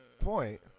point